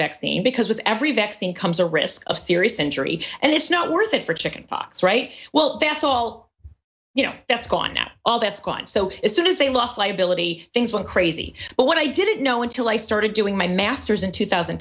vaccine because every vaccine comes a risk of serious injury and it's not worth it for chicken pox right well that's all you know that's gone now all that's gone so it is they lost liability things went crazy but what i didn't know until i started doing my masters in two thousand